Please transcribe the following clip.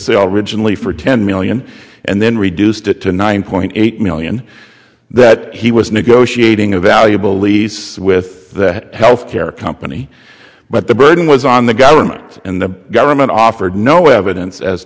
sale regionally for ten million and then reduced it to nine point eight million that he was negotiating a valuable lease with that health care company but the burden was on the government and the government offered no evidence as